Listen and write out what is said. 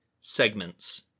segments